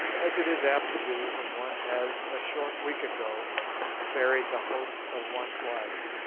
as it is apt to do when one has a short week ago buried the hope of one's life.